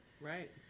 Right